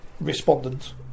respondent